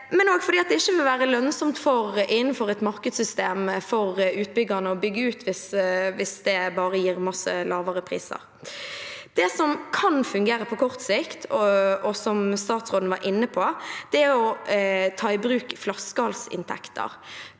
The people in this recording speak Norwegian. ikke vil være lønnsomt for utbyggerne å bygge ut hvis det bare gir mye lavere priser. Det som kan fungere på kort sikt, og som statsråden var inne på, er å ta i bruk flaskehalsinntekter.